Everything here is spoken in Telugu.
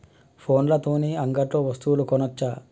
ఫోన్ల తోని అంగట్లో వస్తువులు కొనచ్చా?